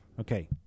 Okay